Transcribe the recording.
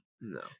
no